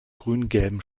grüngelben